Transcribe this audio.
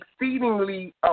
exceedingly